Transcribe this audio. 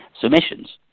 submissions